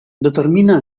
determina